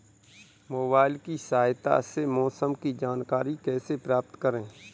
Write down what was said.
Mobile की सहायता से मौसम की जानकारी कैसे प्राप्त करें?